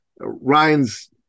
Ryan's